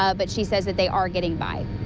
ah but she says that they are getting by.